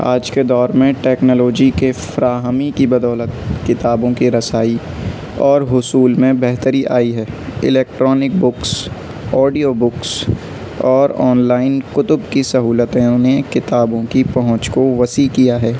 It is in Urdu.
آج کے دور میں ٹیکنالوجی کے فراہمی کی بدولت کتابوں کے رسائی اور حصول میں بہتری آئی ہے الیکٹرونک بکس آڈیو بکس اور آنلائن کتب کی سہولتوں نے کتابوں کی پہنچ کو وسیع کیا ہے